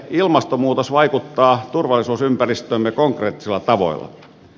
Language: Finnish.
ilmastonmuutos vaikuttaa turvallisuusympäristöömme konkreettisilla tavoilla